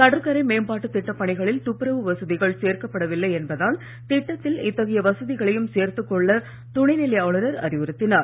கடற்கரை மேம்பாட்டு திட்ட பணிகளில் துப்புரவு வசதிகள் வசதிகள் சேர்க்கப்படவில்லை என்பதால் திட்டத்தில் இத்தகைய வசதிகளையும் சேர்த்துக்கொள்ள துணைநிலை ஆளுநர் அறிவுறுத்தினார்